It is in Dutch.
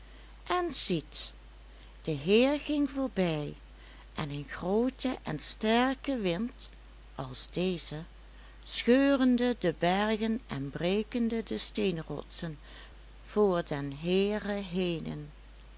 en ziet de heer ging voorbij en een groote en sterke wind scheurende de bergen en brekende de steenrotsen voor den heere henen